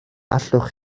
allwch